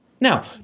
Now